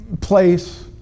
place